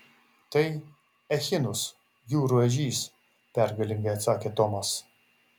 tai echinus jūrų ežys pergalingai atsakė tomas